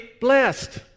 blessed